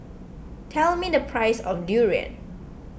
tell me the price of Durian